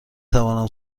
توانم